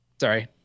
sorry